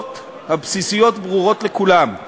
העובדות הבסיסיות ברורות לכולם: